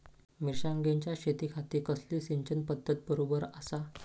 मिर्षागेंच्या शेतीखाती कसली सिंचन पध्दत बरोबर आसा?